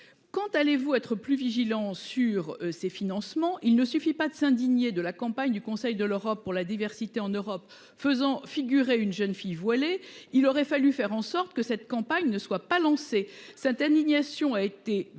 Quand allez-vous être plus vigilant sur ces financements. Il ne suffit pas de s'indigner de la campagne du Conseil de l'Europe pour la diversité en Europe faisant figurer une jeune fille voilée. Il aurait fallu faire en sorte que cette campagne ne soit pas lancé cette indignation a été veuille